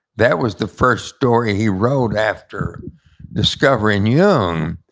that was the first story he wrote after discovering jung,